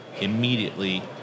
immediately